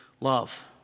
love